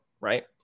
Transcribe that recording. right